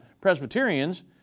Presbyterians